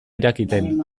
irakiten